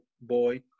boy